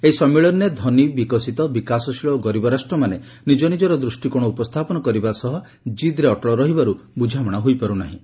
ଏହି ସମ୍ମିଳନୀରେ ଧନୀ ବିକଶିତ ବିକାଶଶୀଳ ଓ ଗରିବ ରାଷ୍ଟ୍ରମାନେ ନିଜ ନିଜର ଦୃଷ୍ଟିକୋଣ ଉପସ୍ଥାପନ କରିବା ସହ ଜିଦ୍ରେ ଅଟଳ ରହିବାରୁ ବୁଝାମଣା ହୋଇପାରୁ ନାହିଁ